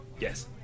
Yes